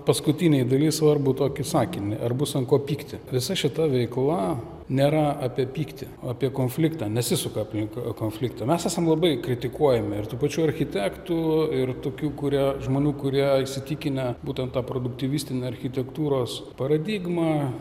paskutinėj daly svarbų tokį sakinį ar bus ant ko pykti visa šita veikla nėra apie pyktį o apie konfliktą nesisuka aplink konfliktą mes esam labai kritikuojami ir tų pačių architektų ir tokių kurie žmonių kurie įsitikinę būtent ta produktyvistine architektūros paradigma